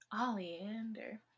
Oleander